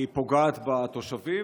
היא פוגעת בתושבים.